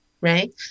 right